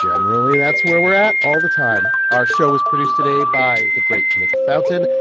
generally, that's where we're at all the time. our show was produced today by the great nick fountain.